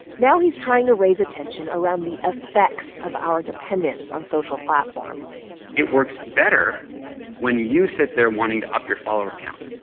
now he's trying to raise attention around the effects of our dependence on social platforms it works better when you sit there wanting to up your follower account,